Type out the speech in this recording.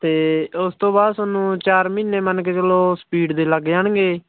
ਅਤੇ ਉਸ ਤੋਂ ਬਾਅਦ ਤੁਹਾਨੂੰ ਚਾਰ ਮਹੀਨੇ ਮੰਨ ਕੇ ਚੱਲੋ ਸਪੀਡ ਦੇ ਲੱਗ ਜਾਣਗੇ